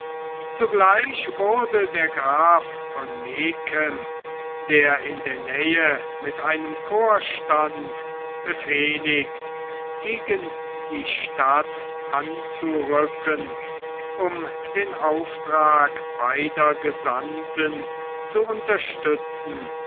zugleich wurde der graf von megen der in der nähe mit einem corps stand befehligt gegen die stadt anzurücken um den auftrag beider gesandten zu unterstützen